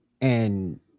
and-